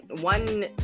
one